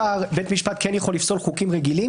בית המשפט יכול לפסול חוקים רגילים